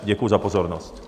Děkuji za pozornost.